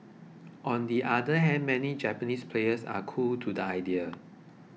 on the other hand many Japanese players are cool to the idea